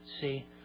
See